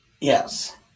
Yes